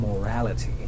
morality